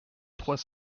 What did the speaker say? trois